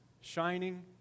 shining